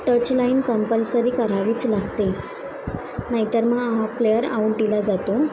touchline compulsory करावीच लागते नाही तर मग हा प्लेयर आउट दिला जातो